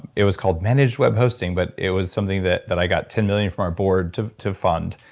it was called managed web hosting but it was something that that i got ten million from our board to to fund.